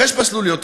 אחרי שפסלו לי אותו,